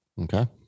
Okay